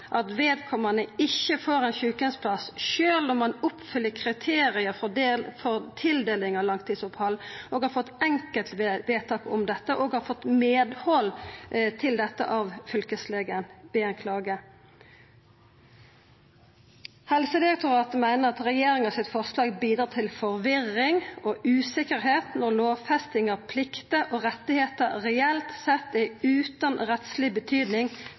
at vedkommende ikke får en sykehjemsplass, selv om man oppfyller kriteriene for tildeling av langtidsopphold og har fått et enkeltvedtak om dette – og heller ikke om man har fått medhold hos Fylkesmannen». Helsedirektoratet meiner at forslaget frå regjeringa bidreg til forvirring og usikkerheit når lovfesting av pliktar og rettar reelt sett er